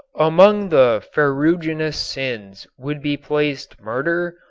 among the ferruginous sins would be placed murder,